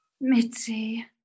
Mitzi